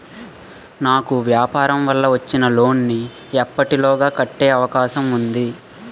నాకు వ్యాపార వల్ల వచ్చిన లోన్ నీ ఎప్పటిలోగా కట్టే అవకాశం ఉంది?